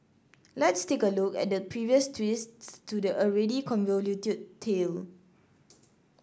let's take a look at the previous twists to the already convoluted tale